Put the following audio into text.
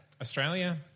Australia